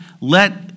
let